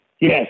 Yes